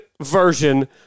version